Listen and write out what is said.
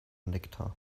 nektar